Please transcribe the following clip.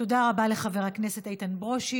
תודה רבה לחבר הכנסת איתן ברושי.